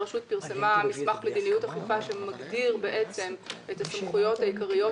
הרשות פרסמה מסמך מדיניות אכיפה שמגדיר את הסמכויות העיקריות